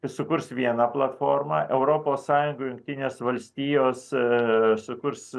sukurs vieną platformą europos sąjungoj jungtinės valstijos sukurs